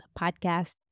podcast